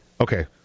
okay